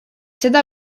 seda